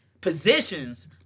Positions